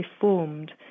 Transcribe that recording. formed